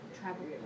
Travel